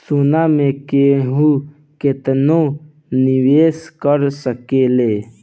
सोना मे केहू केतनो निवेस कर सकेले